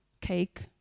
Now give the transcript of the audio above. cake